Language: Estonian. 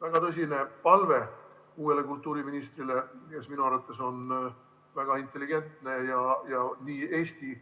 väga tõsine palve uuele kultuuriministrile, kes minu arvates on väga intelligentne ja nii eesti